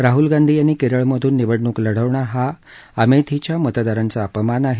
राहल गांधी यांनी केरळमधून निवडणूक लढवणं हा अमेथीच्या मतदारांचा अपमान आहे